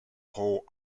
whole